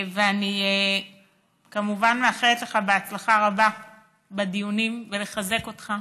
ואני כמובן מאחלת לך הצלחה רבה בדיונים ורוצה לחזק אותך,